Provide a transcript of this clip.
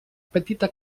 petita